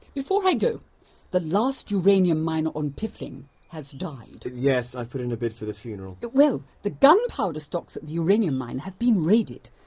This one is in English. before i go the last uranium miner on piffling has died. yes, i've put in a bid for the funeral. well, the gunpowder stocks at the uranium mine have been raided.